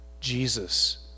Jesus